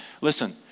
listen